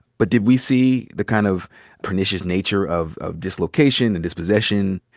but did we see the kind of pernicious nature of of dislocation and dispossession,